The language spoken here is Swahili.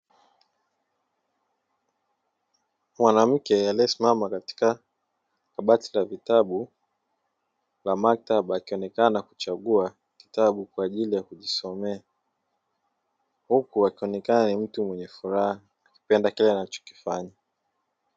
Mwanamke aliyesimama katika kabati la vitabu la maktaba akionekana akichagua kitabu kwaajili ya kujisomea huku akionekana ni mtu mwenye furaha akipenda kile anachokifanya.